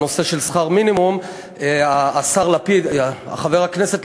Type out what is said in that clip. יודע איך אתה גומר את החודש.